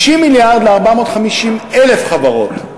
60 מיליארד ל-450,000 חברות.